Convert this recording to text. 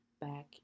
back